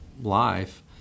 life